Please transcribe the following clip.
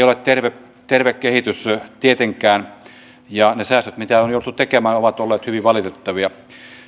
ole terve terve kehitys tietenkään ja ne säästöt mitä on jouduttu tekemään ovat olleet hyvin valitettavia